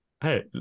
Hey